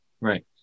Right